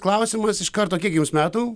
klausimas iš karto kiek jums metų